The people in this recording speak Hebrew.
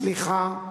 סליחה.